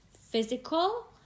physical